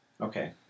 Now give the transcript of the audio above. okay